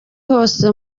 hose